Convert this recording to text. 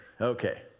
Okay